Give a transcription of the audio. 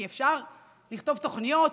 כי אפשר לכתוב תוכניות,